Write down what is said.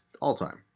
All-time